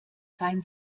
kein